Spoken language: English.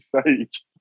stage